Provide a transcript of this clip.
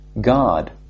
God